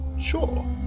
Sure